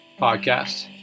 podcast